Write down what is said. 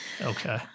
Okay